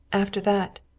after that